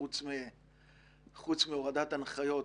חוץ מהורדת הנחיות,